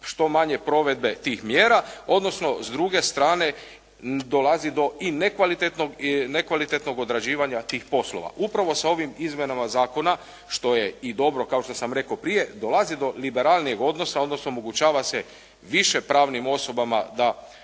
što manje provedbe tih mjera, odnosno s druge strane dolazi i do nekvalitetnog odrađivanja tih poslova. Upravo sa ovim izmjenama zakona što je i dobro kao što sam rekao prije, dolazi do liberalnijeg odnosa odnosno omogućava se više pravnim osobama da